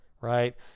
right